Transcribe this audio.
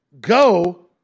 go